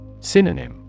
Synonym